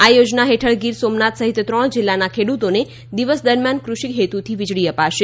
આ યોજના હેઠળ ગીર સોમનાથ સહિત ત્રણ જિલ્લાના ખેડૂતોને દિવસ દરમિયાન કૃષિ હેતુથી વીજળી આપશે